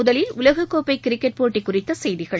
முதலில் உலகக்கோப்பைகிரிக்கெட் போட்டிகுறித்தசெய்திகள்